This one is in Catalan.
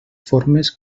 formes